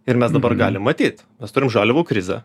ir mes dabar galim matyt mes turim žaliavų krizę